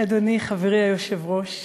אדוני, חברי היושב-ראש,